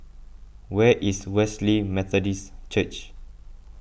where is Wesley Methodist Church